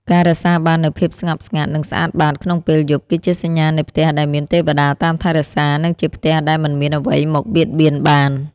ការរក្សាបាននូវភាពស្ងប់ស្ងាត់ និងស្អាតបាតក្នុងពេលយប់ គឺជាសញ្ញានៃផ្ទះដែលមានទេវតាតាមថែរក្សា និងជាផ្ទះដែលមិនមានអ្វីមកបៀតបៀនបាន។